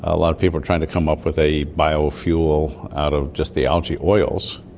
a lot of people are trying to come up with a biofuel out of just the algae oils.